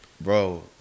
Bro